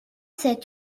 sept